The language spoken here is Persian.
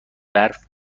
برف